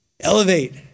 Elevate